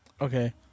okay